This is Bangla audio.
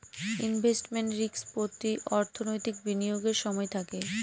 ইনভেস্টমেন্ট রিস্ক প্রতি অর্থনৈতিক বিনিয়োগের সময় থাকে